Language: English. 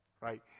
Right